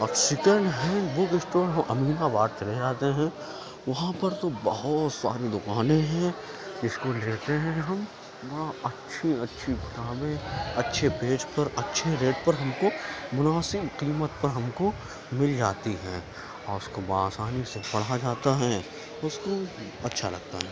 اور second hand book store وہ Aminabad چلے جاتے ہیں وہاں پر تو بہت ساری دکانیں ہیں اس کو لیتے ہیں ہم وہاں اچھی اچھی کتابیں اچھے پیج پر اچھے ریٹ پر ہم کو مناسب قیمت پر ہم کو مل جاتی ہیں اور اس کو با آسانی سے پڑھا جاتا ہے اس کو وہ اچھا لگتا ہے